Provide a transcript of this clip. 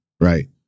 right